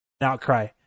outcry